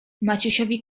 maciusiowi